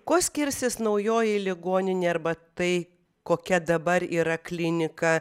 kuo skirsis naujoji ligoninė arba tai kokia dabar yra klinika